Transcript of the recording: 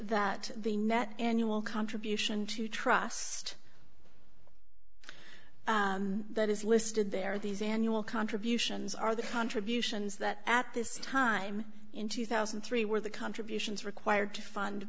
that the net annual contribution to trust that is listed there these annual contributions are the contributions that at this time in two thousand and three were the contributions required to fund